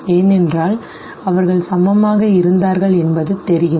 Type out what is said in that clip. ஏனென்றால் அவர்கள் சமமாக இருந்தார்கள் என்பது தெரியும் சரி